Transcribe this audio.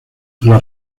las